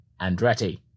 Andretti